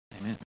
Amen